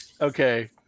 Okay